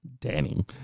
Danny